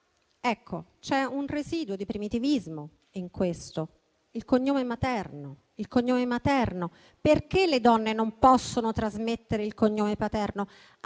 C'è un residuo di primitivismo in questo: il cognome materno. Perché le donne non possono trasmettere il cognome materno?